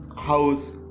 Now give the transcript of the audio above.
house